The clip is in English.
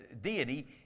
deity